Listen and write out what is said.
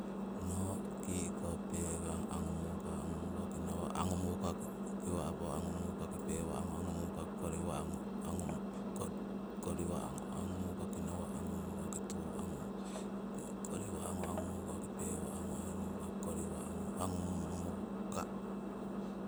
No', ki'ko, pekang, angu muka. angu mukaki nawa', angu mukaki kiwa'po, angu mukaki pewa'ngu, angu mukaki koriwa'ngu, angu koriwa'ngu, angu mukaki nawa', angu mukaki kiwa'po, angu mukaki, pewa'ngu, angu mukaki koriwa'ngu, angu muuka